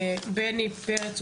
בני פרץ,